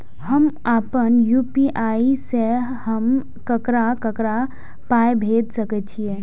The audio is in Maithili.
हम आपन यू.पी.आई से हम ककरा ककरा पाय भेज सकै छीयै?